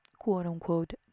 quote-unquote